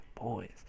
boys